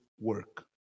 work